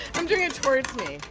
i'm doing it towards me.